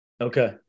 Okay